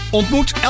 Ontmoet